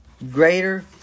Greater